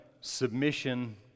submission